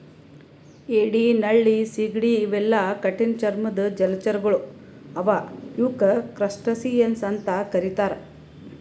ಏಡಿ ನಳ್ಳಿ ಸೀಗಡಿ ಇವೆಲ್ಲಾ ಕಠಿಣ್ ಚರ್ಮದ್ದ್ ಜಲಚರಗೊಳ್ ಅವಾ ಇವಕ್ಕ್ ಕ್ರಸ್ಟಸಿಯನ್ಸ್ ಅಂತಾ ಕರಿತಾರ್